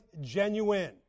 genuine